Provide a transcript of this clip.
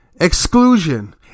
Exclusion